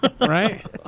Right